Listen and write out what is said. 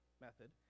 method